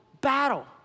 battle